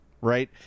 right